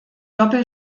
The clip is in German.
doppel